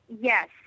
yes